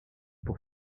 pour